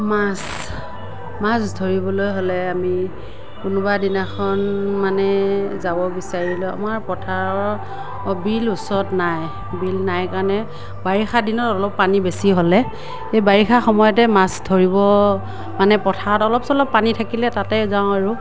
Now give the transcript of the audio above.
মাছ মাছ ধৰিবলৈ হ'লে আমি কোনোবাদিনাখন মানে যাব বিচাৰিলেও আমাৰ পথাৰৰ বিল ওচৰত নাই বিল নাই কাৰণে বাৰিষা দিনত অলপ পানী বেছি হ'লে সেই বাৰিষা সময়তে মাছ ধৰিব মানে পথাৰত অলপ চলপ পানী থাকিলে তাতে যাওঁ আৰু